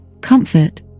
comfort